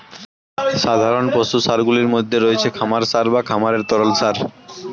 সাধারণ পশু সারগুলির মধ্যে রয়েছে খামার সার বা খামারের তরল সার